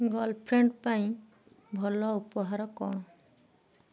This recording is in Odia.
ଗର୍ଲ ଫ୍ରେଣ୍ଡ ପାଇଁ ଭଲ ଉପହାର କ'ଣ